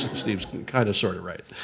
steve's kinda, sorta, right.